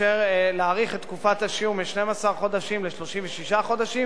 להאריך את תקופת השיהוי מ-12 ל-36 חודשים,